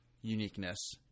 uniqueness